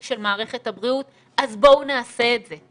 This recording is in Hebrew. של מערכת הבריאות אז בואו נעשה את זה,